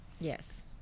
Yes